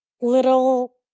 little